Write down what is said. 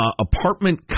apartment